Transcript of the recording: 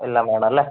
എല്ലാം വേണം അല്ലേ